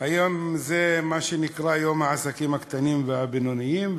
והיום זה מה שנקרא יום העסקים הקטנים והבינוניים,